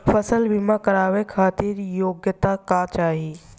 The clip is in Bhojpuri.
फसल बीमा करावे खातिर योग्यता का चाही?